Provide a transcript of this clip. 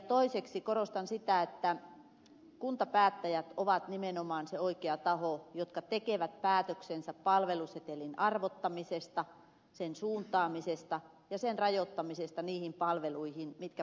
toiseksi korostan sitä että kuntapäättäjät ovat nimenomaan se oikea taho joka tekee päätöksensä palvelusetelin arvottamisesta sen suuntaamisesta ja sen rajoittamisesta niihin palveluihin mitkä parhaaksi näkevät